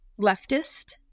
leftist